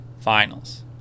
finals